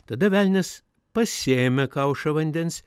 tada velnias pasiėmė kaušą vandens